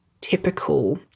typical